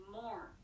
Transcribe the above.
more